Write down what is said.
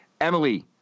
Emily